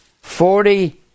forty